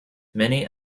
many